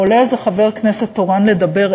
עולה איזה חבר כנסת תורן לדבר,